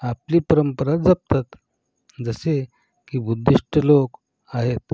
आपली परंपरा जपतात जसे की बुद्धिस्ट लोक आहेत